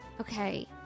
Okay